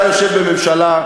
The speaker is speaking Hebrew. אתה יושב בממשלה,